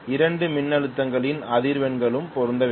இரண்டு மின்னழுத்தங்களின் அதிர்வெண்களும் பொருந்த வேண்டும்